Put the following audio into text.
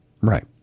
Right